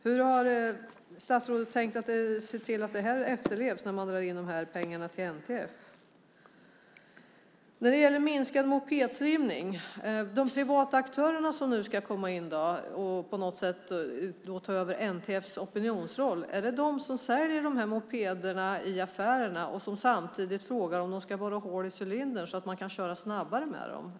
Hur har statsrådet tänkt att se till att det efterlevs när man drar in pengarna till NTF? När det gäller minskad mopedtrimning är det de privata aktörer som nu ska komma in och på något sätt ta över NTF:s opinionsroll som säljer mopederna i affärerna och samtidigt frågar om de ska borra hål i cylindern så att man kan köra snabbare med dem?